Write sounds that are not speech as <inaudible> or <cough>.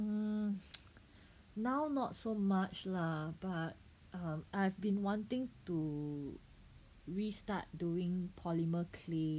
mmhmm <noise> now not so much lah but um I've been wanting to restart doing polymer clay